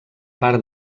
part